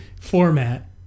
format